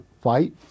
fight